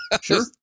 Sure